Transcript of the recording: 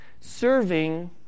serving